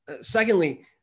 Secondly